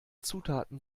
zutaten